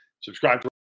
Subscribe